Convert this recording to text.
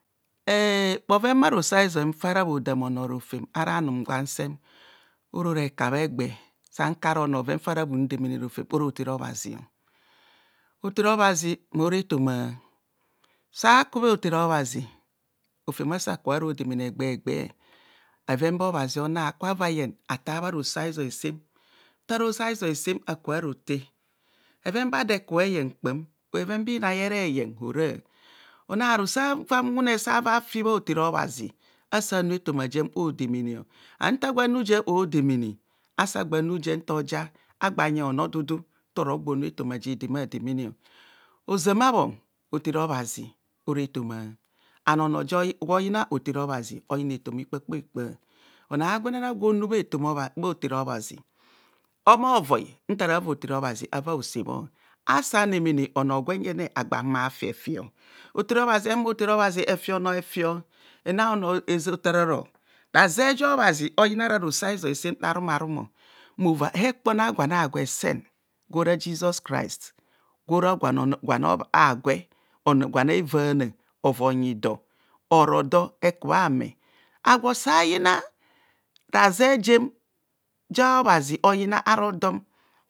E- bhoven bharosoaizoi fara bhodam onor rofan ora num gwan sem oro ra hekabhe egbeh sam kara onor bhoven fa hara bhun demene rofem ora hotere obhazi, hotere obhazi mora etoma sakubha hotere obhazi rofem asa ka ro demne egbeh gbeh bheveb ba obhazi onar ava yem atar bharo so a'zoi sem nta roso a'zoisem aka rote bheven ba dor ekubho eye kpam bheven ba inai eve ye ora ona ru sava wune sa va fi bha hotere obhazi asa nu etoma jem odemene an ntagwo anu je odemene asaagba nujento ja agbava ono dudu ntoro gbonu etoma je demademene ozama bhon hotere obhazi ora etoma an onor gwo yina hktere obhazi, oyina etoma ikpakpai kpa ono agwenana gwo nu bha hotere obhazi omovoi ntara va hotere obhazi ava ose bho asa nemene onor gwen jene agba humo a’ fiefi hotere obhazi, ehumo hotere obhazi efi onor efi ena onor ozeotaoro raze ja obhazi oyina ara roso a'zoi sem rarumarum mmova hekpon a gwan a'gwen sen gwora jizos krais gwora gwan agwe gwan e vana ovonyi dor or dor eku bhame agwo sa yina raze jem ja obhazi oyina ara dom.